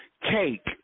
cake